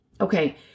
Okay